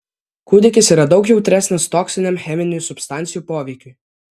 kūdikis yra daug jautresnis toksiniam cheminių substancijų poveikiui